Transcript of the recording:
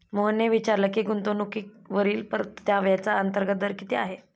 मोहनने विचारले की गुंतवणूकीवरील परताव्याचा अंतर्गत दर किती आहे?